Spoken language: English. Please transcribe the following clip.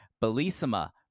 Bellissima